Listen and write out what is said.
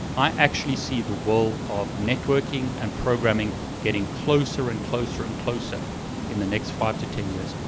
i actually see the world of networking and programming getting closer, and closer, and closer in the next five to ten years.